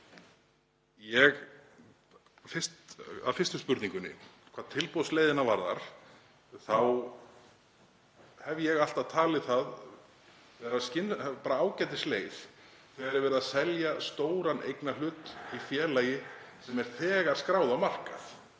að fyrstu spurningunni. Hvað tilboðsleiðina varðar þá hef ég alltaf talið það vera ágætisleið þegar er verið að selja stóran eignarhlut í félagi sem er þegar skráð á markað.